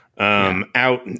Out